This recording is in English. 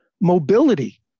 Mobility